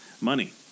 money